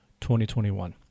2021